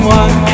one